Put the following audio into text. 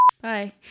Bye